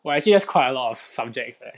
!wah! actually that's quite a lot of subjects leh